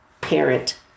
parent